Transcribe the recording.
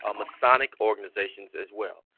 um masonic organizations as well.